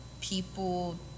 people